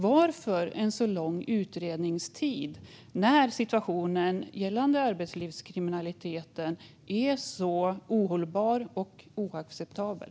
Varför en sådan lång utredningstid när situationen gällande arbetslivskriminaliteten är så ohållbar och oacceptabel?